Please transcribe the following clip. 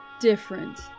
different